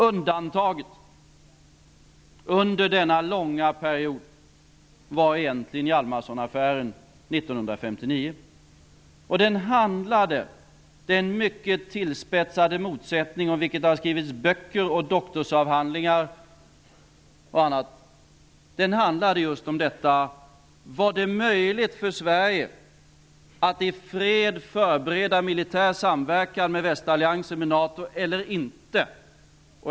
Undantaget under denna långa period var egentligen Hjalmarsonaffären 1959. Den mycket tillspetsade motsättning om vilken det har skrivits böcker, doktorsavhandlingar och annat handlade just om huruvida det var möjligt för Sverige att i fred förbereda militär samverkan med västalliansen NATO eller inte.